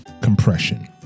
compression